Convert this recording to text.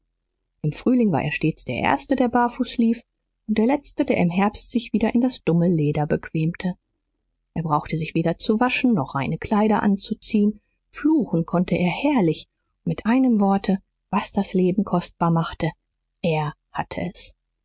im frühling war er stets der erste der barfuß lief und der letzte der im herbst sich wieder in das dumme leder bequemte er brauchte sich weder zu waschen noch reine kleider anzuziehen fluchen konnte er herrlich mit einem worte was das leben kostbar machte er hatte es